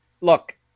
Look